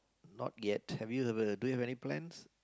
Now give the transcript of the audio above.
not yet have you ever do you have any plans